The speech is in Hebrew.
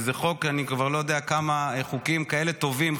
אני כבר לא יודע כמה חוקים כאלה טובים,